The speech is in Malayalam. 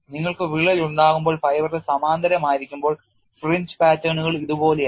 നിങ്ങൾക്ക് വിള്ളൽ ഉണ്ടാകുമ്പോൾ ഫൈബറിന് സമാന്തരമായിരിക്കുമ്പോൾ ഫ്രിഞ്ച് പാറ്റേണുകൾ ഇതുപോലെയാണ്